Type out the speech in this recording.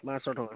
ପାଞ୍ଚ୍ ଶହ ଟଙ୍କା